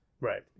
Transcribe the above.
Right